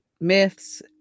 myths